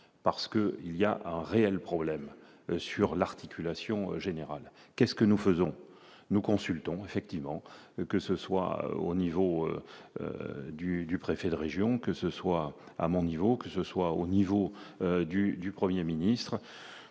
parce que il y a un réel problème sur l'articulation générale qu'est-ce que nous faisons, nous consultons effectivement que ce soit au niveau du du préfet de région, que ce soit à mon niveau, que ce soit au niveau du du 1er ministre